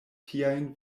tiajn